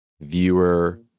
viewer